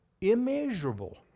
immeasurable